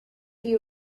you